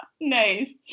nice